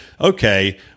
okay